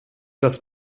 das